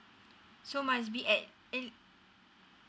so must be at eight